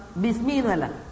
Bismillah